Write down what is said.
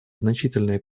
значительные